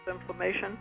inflammation